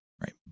right